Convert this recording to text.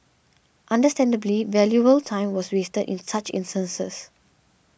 understandably valuable time was wasted in such instances